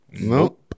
Nope